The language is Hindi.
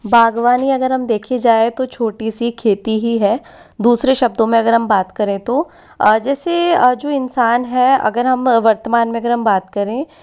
बाग़बानी अगर हम देखी जाए तो छोटी सी खेती ही है दूसरे शब्दों में अगर हम बात करें तो जैसे जो इंसान है अगर हम वर्तमान में अगर हम बात करें